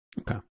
Okay